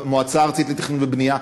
המועצה הארצית לתכנון ובנייה,